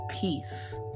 peace